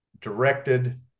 directed